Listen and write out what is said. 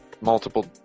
multiple